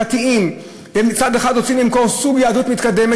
דתיים מצד אחד רוצים למכור סוג יהדות מתקדמת,